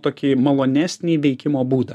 tokį malonesnį veikimo būdą